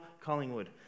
Collingwood